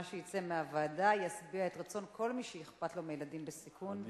שיצא מהוועדה ישביע את רצון כל מי שאכפת לו מילדים בסיכון.